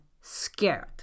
scared